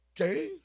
Okay